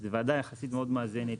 זו וועדה יחסית מאוד מאזנת.